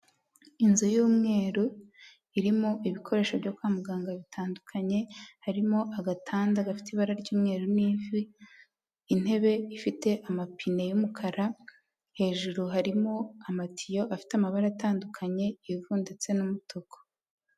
Inzu y'umweru irimo ibikoresho byo kwa muganga bitandukanye, harimo agatanda gafite ibara ry'umweru n'ivi, intebe ifite amapine y'umukara, hejuru harimo amatiyo afite amabara atandukanye ivu ndetse n'umutuku.